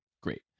Great